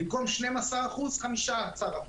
במקום 12% יהיה 15%,